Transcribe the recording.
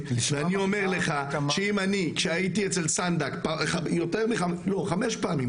ואני אומר לך שאם אני כשהייתי אצל סנדק חמש פעמים,